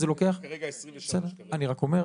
אני אומר,